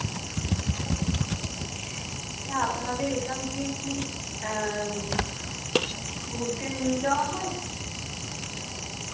হ্যাঁ আপনাদের এখান থেকে কি ঘুরতে নিয়ে যাওয়া হয়